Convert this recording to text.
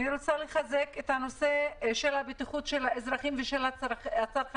אני רוצה לחזק את הנושא של הבטיחות של האזרחים והצרכנים.